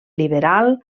liberal